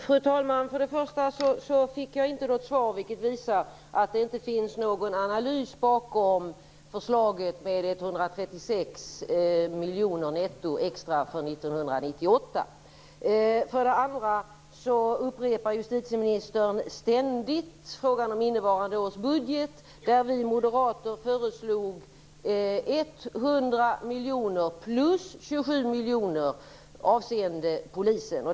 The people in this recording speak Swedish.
Fru talman! För det första fick jag inget svar, vilket visar att det inte finns någon analys bakom förslaget med 136 miljoner netto extra för 1998. För det andra upprepar justitieministern ständigt frågan om innevarande års budget, där vi moderater föreslog 100 miljoner plus 27 miljoner, avseende polisen.